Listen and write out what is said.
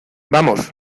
vamos